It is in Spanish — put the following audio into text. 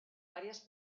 varias